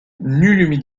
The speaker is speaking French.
nulle